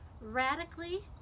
radically